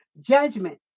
judgment